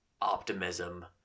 optimism